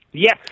Yes